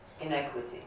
inequity